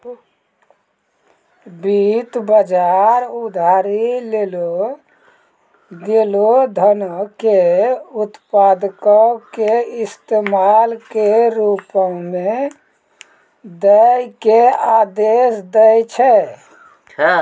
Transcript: वित्त बजार उधारी लेलो गेलो धनो के उत्पादको के इस्तेमाल के रुपो मे दै के आदेश दै छै